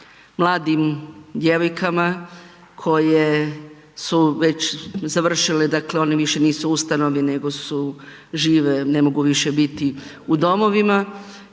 mladim djevojkama koje su već završile dakle, one više nisu u ustanovi, nego su, žive, ne mogu više biti u domovima